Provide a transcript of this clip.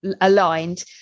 aligned